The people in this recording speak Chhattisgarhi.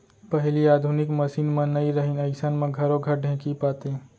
पहिली आधुनिक मसीन मन नइ रहिन अइसन म घरो घर ढेंकी पातें